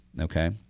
okay